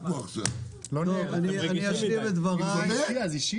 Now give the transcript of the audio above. כן, אביגדור.